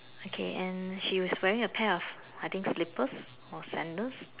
okay and she is wearing a pair of I think slippers or sandals